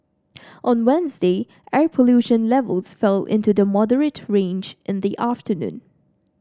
on Wednesday air pollution levels fell into the moderate range in the afternoon